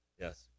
Yes